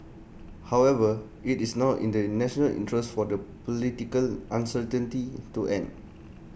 however IT is now in the national interest for the political uncertainty to end